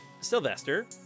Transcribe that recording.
Sylvester